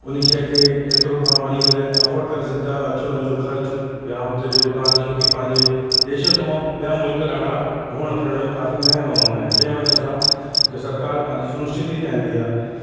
उन शइ खे एतिरो तव्हां वञी करे अफ़ॉड करे सघंदा आहियो अचु वञ जो ख़र्चु या हुते जेको तव्हां जोकि पंहिंजे देश खां ॿिया मुल्क़ ॾाढा घुमण फ़िरण में काफ़ी महांगा हूंदा आहिनि जंहिं वजह सां हिते सरकार पंहिंजी सुनिश्चिति चाहींदी आहे